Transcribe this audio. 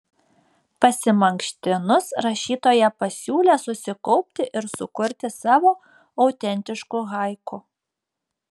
pasimankštinus rašytoja pasiūlė susikaupti ir sukurti savo autentiškų haiku